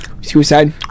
Suicide